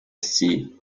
sea